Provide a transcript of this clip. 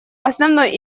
основной